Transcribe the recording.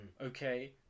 okay